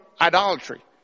idolatry